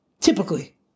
Typically